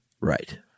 Right